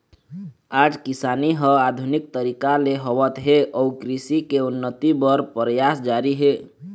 आज किसानी ह आधुनिक तरीका ले होवत हे अउ कृषि के उन्नति बर परयास जारी हे